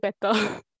better